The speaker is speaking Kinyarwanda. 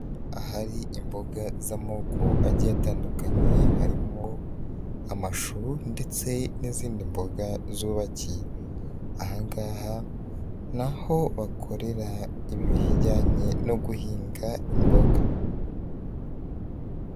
Ahari imboga z'amoko agiye atandukanye, harimo amashu ndetse n'izindi mboga zubakiye, aha ngaha ni aho bakorera ibijyanye no guhinga imboga.